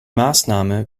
maßnahme